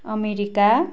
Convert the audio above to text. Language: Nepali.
अमेरिका